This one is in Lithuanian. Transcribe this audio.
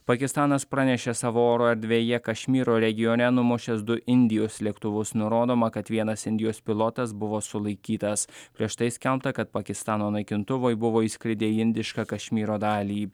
pakistanas pranešė savo oro erdvėje kašmyro regione numušęs du indijos lėktuvus nurodoma kad vienas indijos pilotas buvo sulaikytas prieš tai skelbta kad pakistano naikintuvai buvo įskridę į indišką kašmyro dalį